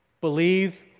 believe